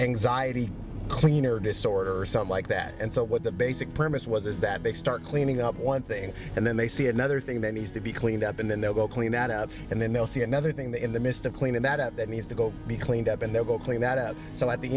anxiety cleaner disorder or something like that and so what the basic premise was is that they start cleaning up one thing and then they see another thing many's to be cleaned up and then they'll go clean that out and then they'll see another thing that in the midst of cleaning that up that needs to go be cleaned up and they will clean that up so at the